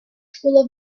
school